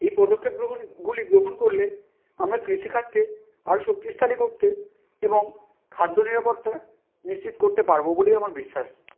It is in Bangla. এই পদক্ষেপ গ্রহণগুলি গ্রহণ করলে আমরা কৃষিকাজকে আরো শক্তিশালি করতে এবং খাদ্য নিরাপত্তা নিশ্চিত করতে পারবো বলেই আমার বিশ্বাস